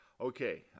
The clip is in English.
Okay